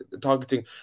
targeting